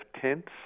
tents